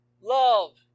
Love